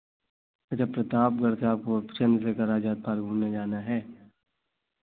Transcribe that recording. अच्छा प्रतापगढ़ से आपको चन्द्रशेखर आज़ाद पार्क घूमने जाना है